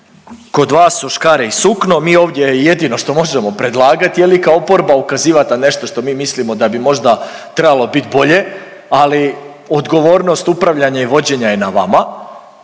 kod vas su škare i sukno, mi ovdje jedino što možemo predlagati, je li, kao oporba, ukazivati na nešto što mi mislimo da bi možda trebalo bit bolje, ali odgovornost upravljanja i vođenja je na vama